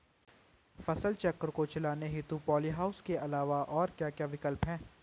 फसल चक्र को चलाने हेतु पॉली हाउस के अलावा और क्या क्या विकल्प हैं?